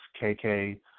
KK